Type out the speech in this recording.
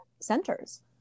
centers